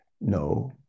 No